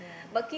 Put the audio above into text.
yeah